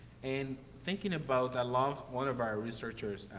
and thinking about i love one of our researchers,